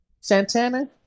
Santana